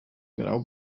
genau